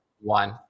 One